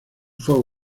fort